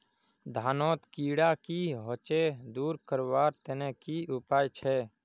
धानोत कीड़ा की होचे दूर करवार तने की उपाय छे?